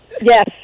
Yes